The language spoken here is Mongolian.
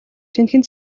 шинэхэн